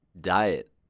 diet